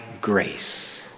grace